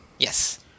Yes